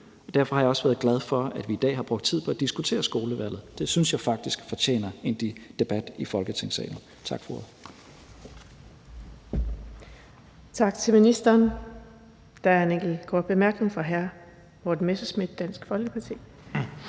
Derfor er jeg også glad for, at vi i dag har brugt tid på at diskutere skolevalget. Det synes jeg faktisk fortjener en debat i Folketingssalen. Tak for ordet. Kl. 11:17 Den fg. formand (Birgitte Vind): Tak til ministeren. Der er en enkelt kort bemærkning fra hr. Morten Messerschmidt, Dansk Folkeparti.